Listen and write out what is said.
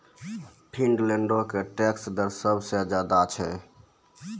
फिनलैंडो के टैक्स दर सभ से ज्यादे छै